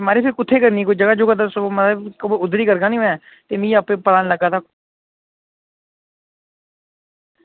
म्हाराज फिर कुत्थें करनी तुस मिगी दस्सो ते ओह् उद्धर ई करगा में